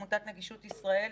עמותת נגישות ישראל,